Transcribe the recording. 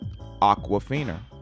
Aquafina